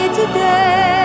today